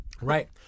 Right